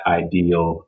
ideal